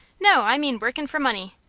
no, i mean workin' for money.